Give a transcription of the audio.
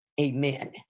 Amen